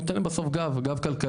וזה נותן להם בסוף גב כלכלי